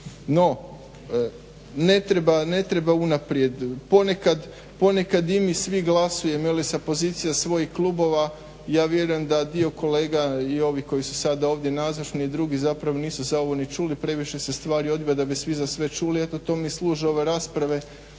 No ne treba unaprijed ponekad i mi svi glasujemo ili sa pozicije svojih klubova, ja vjerujem da dio kolega i ovih koji su sada ovdje nazočni i drugi zapravo nisu za ovo ni čuli. Previše se stvari odvija da bi svi za sve čuli. Eto tome služe ove rasprave